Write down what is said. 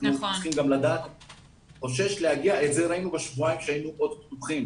את זה ראינו בשבועיים שהיינו עוד פתוחים,